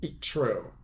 True